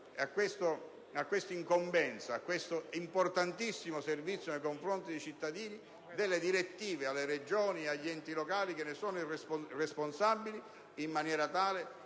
a questa incombenza, a questo importantissimo servizio nei confronti dei cittadini, delle direttive alle Regioni e agli enti locali che ne sono responsabili. Ciò, al